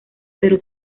pero